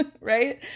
right